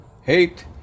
Hate